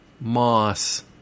moss